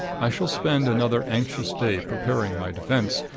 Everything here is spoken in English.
i shall spend another anxious day preparing my defense,